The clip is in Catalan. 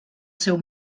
seu